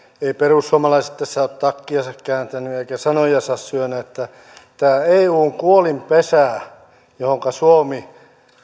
ei perussuomalaiset tässä ole takkiansa kääntänyt eikä sanojansa syönyt tämä eun kuolinpesä johonka suomi